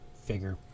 figure